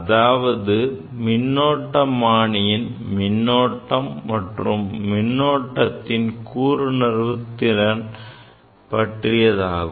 அதாவது மின்னோட்டமானியின் மின்னோட்டம் மற்றும் மின்னூட்டத்தின் கூருணர்வு திறன் பற்றியதாகும்